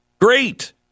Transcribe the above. Great